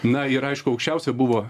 na ir aišku aukščiausia buvo